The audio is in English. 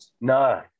No